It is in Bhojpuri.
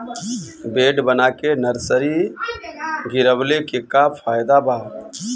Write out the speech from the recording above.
बेड बना के नर्सरी गिरवले के का फायदा बा?